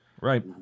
Right